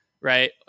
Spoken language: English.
right